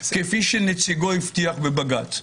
כפי שנציגו הבטיח בבג"ץ.